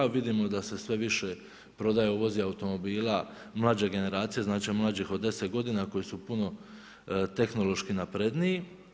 Vidimo da se sve više prodaje i uvozi automobila mlađe generacije, znači mlađih od 10 godina koji su puno tehnološki napredniji.